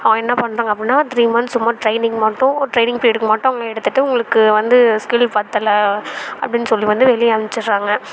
அவங்க என்ன பண்ணுறாங்க அப்பட்னா த்ரீ மன்த்ஸ் சும்மா ட்ரெய்னிங் மட்டும் ட்ரெய்னிங் ப்ரீடுக்கு மட்டும் எடுத்துவிட்டு உங்களுக்கு வந்து ஸ்கில் பத்தலை அப்படினு சொல்லி வந்து வெளியே அனுப்பிச்சிர்றாங்க